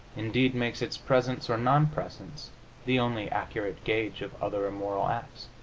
indeed, makes its presence or non-presence the only accurate gauge of other immoral acts.